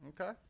Okay